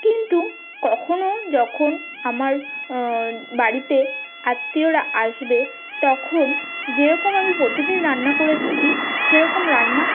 কিন্তু কখনও যখন আমার বাড়িতে আত্মীয়রা আসবে তখন যেরকম আমি প্রতিদিন রান্না করে থাকি সেরকম রান্না